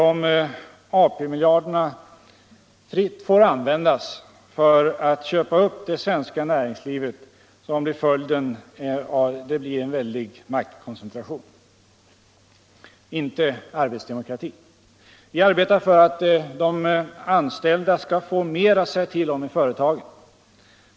Om AP-miljarderna fritt får användas för att köpa upp det svenska näringslivet blir följden en väldig maktkoncentration, inte arbetsdemokrati. Vi arbetar för att de anställda skall få mer att säga till om i företagen.